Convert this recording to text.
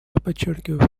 подчеркиваю